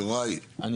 יוראי, אני